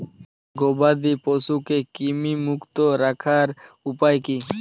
গবাদি পশুকে কৃমিমুক্ত রাখার উপায় কী?